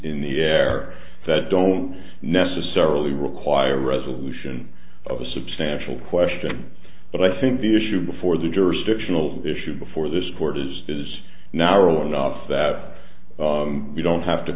in the air that don't necessarily require resolution of a substantial question but i think the issue before the jurisdictional issue before this court is is now real enough that we don't have to